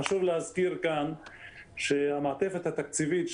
חשוב להזכיר כאן שהמעטפת התקציבית,